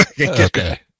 okay